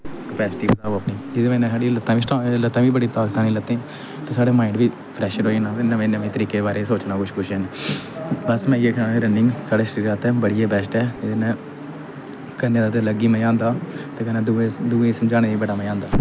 capacity बधाओ अपनी जेह्दे बजह् कन्नै साढ़ियां लत्तां बी स्ट्रांग लत्तें गी बी बड़ी ताकत आनी लत्तें गी ते साढ़े माइंड बी फ्रैश रेही जाना ते नमें नमें तरीके दे बारे च सोचना कुछ कुछ बस में इ'यै आक्खना रनिंग साढ़े शरीर आस्तै बड़ा गै बैस्ट ऐ एह्दे कन्नै करने दा अलग ही मज़ा आंदा ते कन्नै दूए दूए गी समझाने गी बी बड़ा मज़ा आंदा